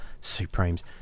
Supremes